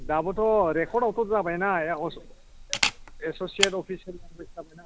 दाबोथ' रेकर्डआवथ' जाबायना या अस एस'सियेट अफिसियेल लेंगुवेज जाबायना